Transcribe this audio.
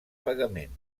pagament